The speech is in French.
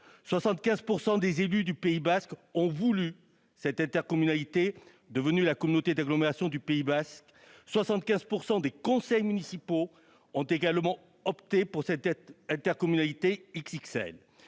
75 % des élus du Pays basque ont voulu cette intercommunalité, devenue la communauté d'agglomération du Pays basque, et 75 % des conseils municipaux ont également opté pour cette intercommunalité XXL.